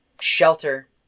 shelter